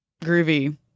groovy